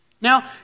Now